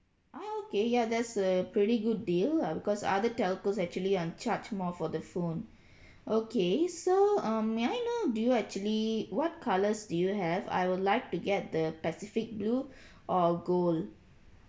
ah okay ya that's a pretty good deal uh because other telcos actually uh charge more for the phone okay so um may I know do you actually what colours do you have I will like to get the pacific blue or gold